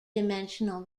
dimensional